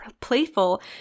playful